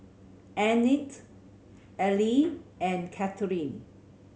Annette Aleah and Catherine